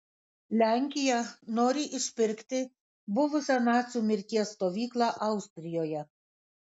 lenkija nori išpirkti buvusią nacių mirties stovyklą austrijoje